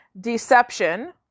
deception